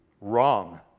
Wrong